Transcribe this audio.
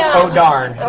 oh, darn! oh